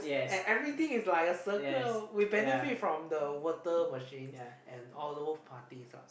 and everything is like a circle we benefit from the water machine and all those parties lah